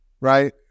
right